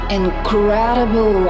incredible